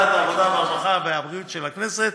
יושב-ראש ועדת העבודה, הרווחה והבריאות של הכנסת